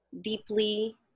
deeply